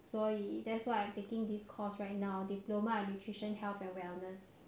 所以 that's why I taking this course right now diploma in nutrition health and wellness